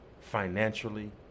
financially